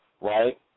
right